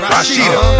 Rashida